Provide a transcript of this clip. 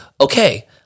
okay